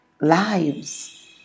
lives